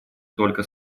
только